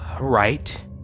right